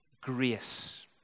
grace